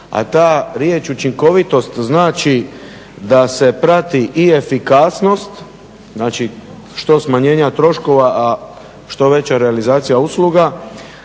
a ta riječ učinkovitost znači da se prati i efikasnost, znači što smanjenja troškova, a što veća realizacija usluga,